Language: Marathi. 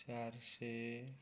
चारशे